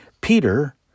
Peter